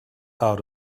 out